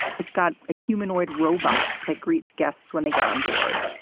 it's got a humanoid robot that greets guests when they get onboard.